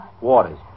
Waters